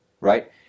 right